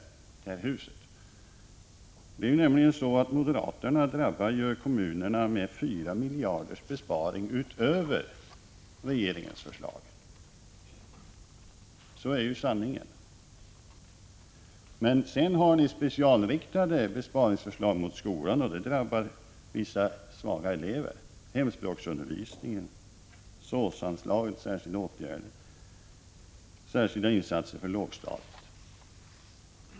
Moderaterna föreslår nämligen att kommunerna skall drabbas av besparingar på 4 miljarder utöver regeringens förslag. Sådan är sanningen. Men sedan har ni lagt fram besparingsförslag speciellt riktade mot skolan. De slår mot vissa svaga elever, hemspråksundervisningen, SÅS-anslagen, dvs. anslagen för särskilda åtgärder på skolområdet, samt de särskilda insatserna för lågstadiet.